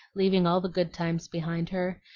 leaving all the good times behind her,